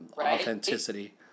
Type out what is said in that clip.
authenticity